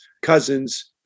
Cousins